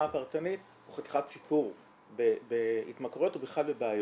הפרטנית הוא חתיכת סיפור בהתמכרויות או בכלל בבעיות,